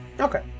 Okay